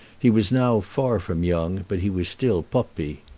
he was now far from young, but he was still poppi.